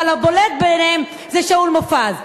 אבל הבולט ביניהם זה שאול מופז,